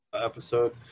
episode